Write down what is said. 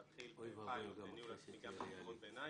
להתחיל בפיילוט לניהול עצמי גם בחטיבות ביניים,